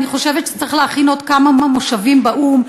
אני חושבת שצריך להכין עוד כמה מושבים באו"ם,